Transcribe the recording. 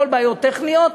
הכול בעיות טכניות.